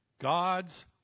God's